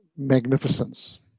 magnificence